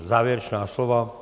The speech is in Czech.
Závěrečná slova?